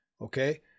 okay